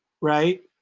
right